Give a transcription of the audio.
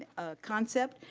a concept,